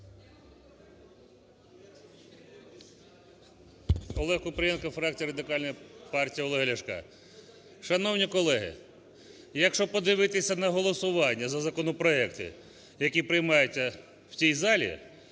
Олег Купрієнко, фракція Радикальної партії Олега Ляшка. Шановні колеги, якщо подивитися на голосування за законопроекти, які приймаються в цій залі,